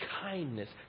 kindness